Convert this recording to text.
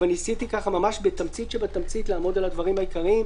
אבל ניסיתי ממש בתמצית שבתמצית לעמוד על הדברים העיקריים,